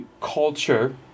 culture